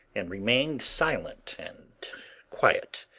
and remained silent and quiet.